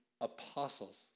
apostles